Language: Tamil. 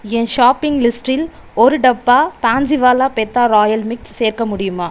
என் ஷாப்பிங் லிஸ்ட்டில் ஒரு டப்பா பன்ஸிவாலா பெத்தா ராயல் மிக்ஸ் சேர்க்க முடியுமா